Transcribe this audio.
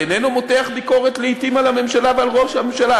איננו מותח ביקורת לעתים על הממשלה ועל ראש הממשלה?